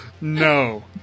no